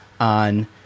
on